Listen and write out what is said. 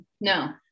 No